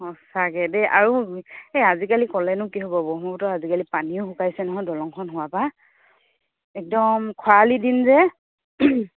অঁ চাগে দেই আৰু এই আজিকালি ক'লেনো কি হ'ব ব্ৰহ্মপুত্ৰত আজিকালি পানীও শুকাইছে নহয় দলংখন হোৱাৰ পা একদম খৰালি দিন যে